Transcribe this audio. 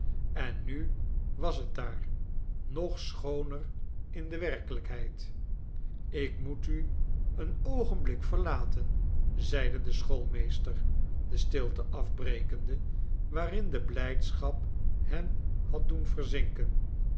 en nu was het daar nog schooner in de werkelijkheid ik moet u een oogenblik verlaten zeide de schoolmeester de stilte afbrekende waarin de blijdschap hen had doen verzinken